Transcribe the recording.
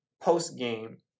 post-game